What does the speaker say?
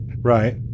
Right